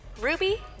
Ruby